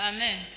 Amen